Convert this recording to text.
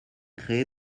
créer